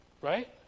right